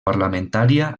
parlamentària